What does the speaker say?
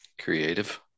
Creative